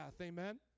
Amen